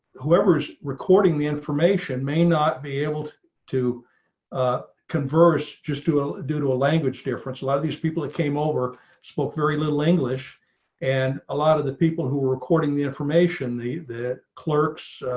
whoever's recording the information may not be able to to ah converse, just to ah do to a language difference. a lot of these people that came over spoke very little english and a lot of the people who were recording the information the that clerks.